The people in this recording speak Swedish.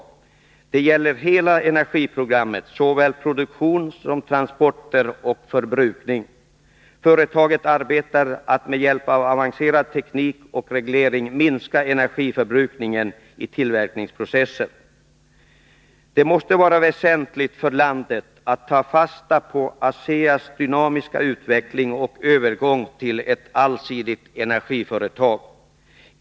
Man kommer att täcka hela energiprogrammet, alltså såväl produktion som transporter och förbrukning. Företaget arbetar med att med hjälp av avancerad teknik och reglering minska energiförbrukningen i tillverkningsprocesser. Det måste vara väsentligt för landet att ta fasta på ASEA:s dynamiska utveckling och dess övergång till att bli ett allsidigt energiföretag.